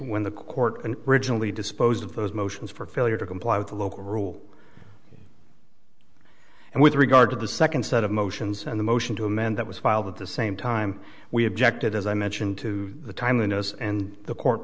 when the court and originally disposed of those motions for failure to comply with the local rule and with regard to the second set of motions and the motion to amend that was filed at the same time we objected as i mentioned to the timeliness and the court